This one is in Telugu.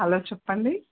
హలో చెప్పండి